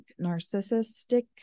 narcissistic